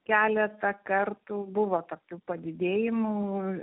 keletą kartų buvo tokių padidėjimų